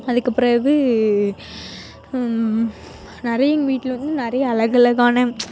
அதுக்குபிறவு நிறைய எங்கள் வீட்டில் வந்து நிறைய அழகலகான